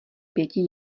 pěti